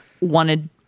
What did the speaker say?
wanted